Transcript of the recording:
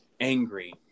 angry